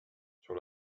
sur